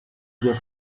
your